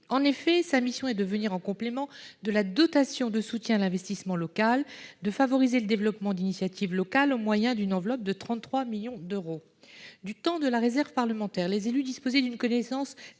En effet, sa mission est de venir en complément de la dotation de soutien à l'investissement local, de favoriser le développement d'initiatives locales au moyen d'une enveloppe de 33 millions d'euros. Du temps de la réserve parlementaire, les élus disposaient d'une connaissance